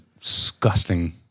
disgusting